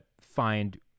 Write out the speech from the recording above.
find